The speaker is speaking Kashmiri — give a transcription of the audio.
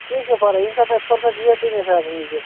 کیٚنٛہہ چھُنہٕ پَرواے ییٚمہِ ساتہٕ تۄہہِ فُرصت یِیَو تٔمی ساتہٕ یی زیٚو